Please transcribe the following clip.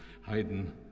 Haydn